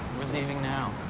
we're leaving now.